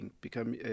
become